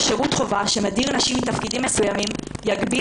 שירות חובה שמדיר נשים מתפקידים מסוימים יגביל